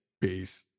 peace